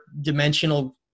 dimensional